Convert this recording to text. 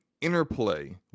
Interplay